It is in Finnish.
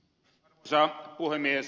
arvoisa puhemies